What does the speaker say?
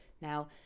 Now